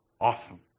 awesome